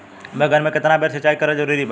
बैगन में केतना बेर सिचाई करल जरूरी बा?